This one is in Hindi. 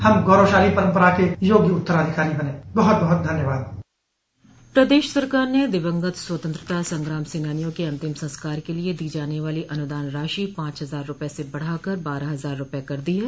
हम गौरवशाली परम्परा के योग्य उत्तराधिकारी बनें बहुत बहुत धन्यवाद प्रदेश सरकार ने दिवंगत स्वतंत्रता संग्राम सेनानियों के अंतिम संस्कार के लिए दी जाने वालो अनुदान धनराशि पांच हजार रूपये से बढ़ाकर बारह हजार रूपये कर दी है